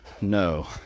No